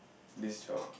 this job